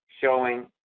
showing